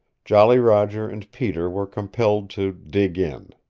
jolly roger and peter were compelled to dig in.